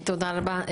תודה רבה.